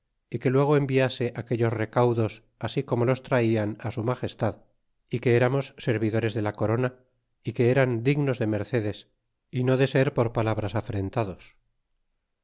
y que luego enviase aquéllos recaudos así como los traian su magestad y que eramos servidores de la real corona y que eran dignos de mercedes y no de serpor palabras afrentados